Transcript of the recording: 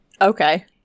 Okay